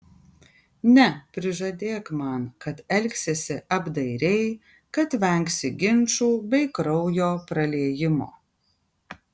ne prižadėk man kad elgsiesi apdairiai kad vengsi ginčų bei kraujo praliejimo